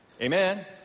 Amen